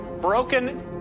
broken